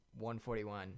141